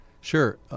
Sure